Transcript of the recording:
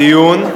הדיון.